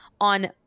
on